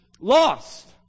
lost